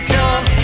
come